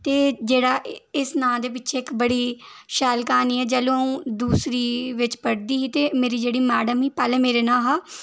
ते जेह्ड़ा इस नांऽ दे पिच्छें इक बड़ी शैल क्हानी ऐ जिसलै अ'ऊं दूसरी बिच पढ़दी ही ते मेरी जेह्ड़ी मैड़म ही पैह्ले मेरा नांऽ हा